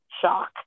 shock